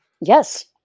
Yes